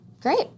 Great